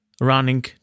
running